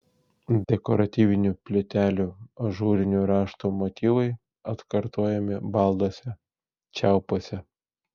dekoratyvinių plytelių ažūrinių raštų motyvai atkartojami balduose čiaupuose